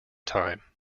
time